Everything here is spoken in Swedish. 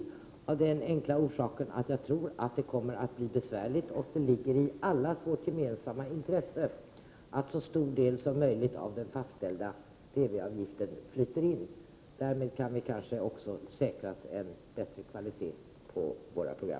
Detta av den enkla orsaken att jag tror att det hela kommer att bli besvärligt. Det ligger i allas gemensamma intresse att så stor del som möjligt av den fastställda TV-avgiften flyter in. Vi kan kanske därmed också säkra en bättre kvalitet på våra program.